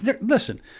listen